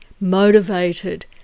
motivated